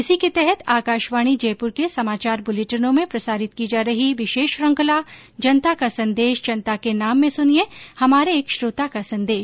इसी के तहत आकाशवाणी जयपुर के समाचार बुलेटिनों में प्रसारित की जा रही विशेष श्रृंखला जनता का संदेश जनता के नाम में सुनिये हमारे एक श्रोता का संदेश